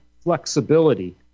flexibility